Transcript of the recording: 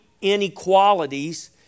inequalities